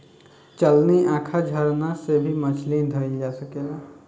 चलनी, आँखा, झरना से भी मछली धइल जा सकेला